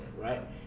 right